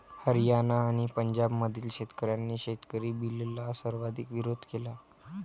हरियाणा आणि पंजाबमधील शेतकऱ्यांनी शेतकरी बिलला सर्वाधिक विरोध केला